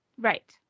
Right